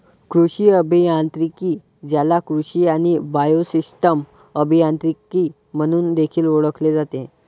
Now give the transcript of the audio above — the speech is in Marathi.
कृषी अभियांत्रिकी, ज्याला कृषी आणि बायोसिस्टम अभियांत्रिकी म्हणून देखील ओळखले जाते